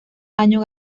año